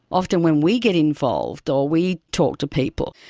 often when we get involved or we talk to people,